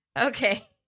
Okay